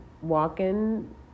walking